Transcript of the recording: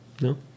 No